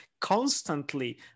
constantly